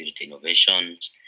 innovations